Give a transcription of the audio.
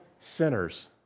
sinners